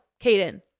Kaden